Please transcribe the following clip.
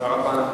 תודה רבה.